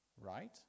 right